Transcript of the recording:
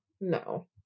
no